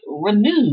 renewed